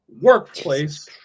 workplace